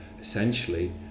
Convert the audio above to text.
essentially